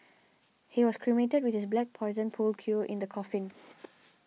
he was cremated with his black Poison pool cue in the coffin